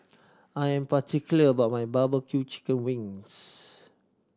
I'm particular about my barbecue chicken wings